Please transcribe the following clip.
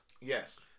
Yes